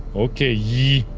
okay ye.